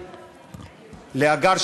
להגר,